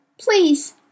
please